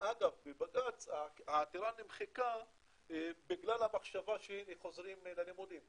ובבג"צ העתירה נמחקה בגלל המחשבה שהנה חוזרים ללימודים,